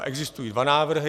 Existují dva návrhy.